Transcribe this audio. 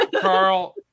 carl